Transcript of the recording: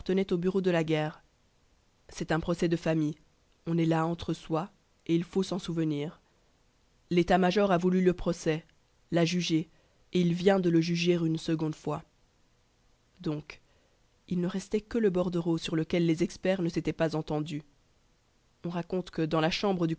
aux bureaux de la guerre c'est un procès de famille on est là entre soi et il faut s'en souvenir l'état-major a voulu le procès l'a jugé et il vient de le juger une seconde fois donc il ne restait que le bordereau sur lequel les experts ne s'étaient pas entendus on raconte que dans la chambre